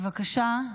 בבקשה,